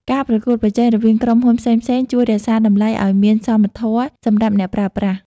ការប្រកួតប្រជែងរវាងក្រុមហ៊ុនផ្សេងៗជួយរក្សាតម្លៃឱ្យមានសមធម៌សម្រាប់អ្នកប្រើប្រាស់។